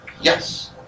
Yes